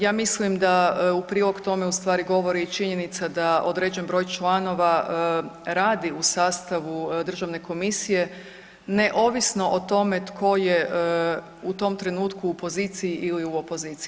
Ja mislim da u prilog tome ustvari govori i činjenica da određen broj članova radi u sastavu državne komisije neovisno o tome tko je u tom trenutku u poziciji ili opoziciji.